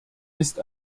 ist